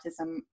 autism